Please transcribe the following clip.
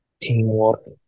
teamwork